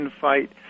fight